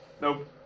Nope